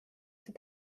see